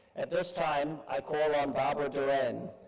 at this time i call on barbara doran,